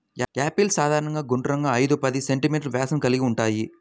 apples సాధారణంగా గుండ్రంగా, ఐదు పది సెం.మీ వ్యాసం కలిగి ఉంటాయి